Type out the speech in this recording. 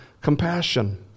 compassion